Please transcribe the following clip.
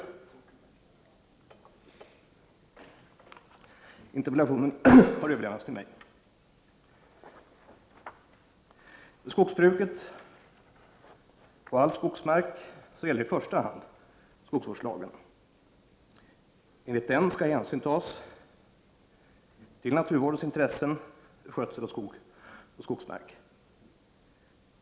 Interpellationen har överlämnats till mig. För skogsbruket på all skogsmark gäller i första hand skogsvårdslagen. Enligt lagen skall hänsyn tas till naturvårdens intressen vid skötseln av skog och skogsmark.